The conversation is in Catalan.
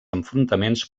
enfrontaments